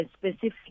specific